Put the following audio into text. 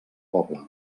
poble